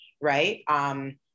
right